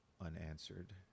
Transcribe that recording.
unanswered